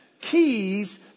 keys